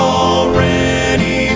already